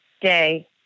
day